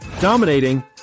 dominating